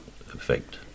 effect